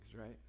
right